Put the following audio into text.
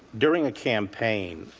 during a campaign